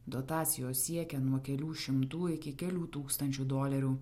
dotacijos siekia nuo kelių šimtų iki kelių tūkstančių dolerių